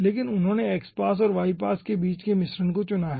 लेकिन उन्होंने x पास और y पास के बीच के मिश्रण को चुना है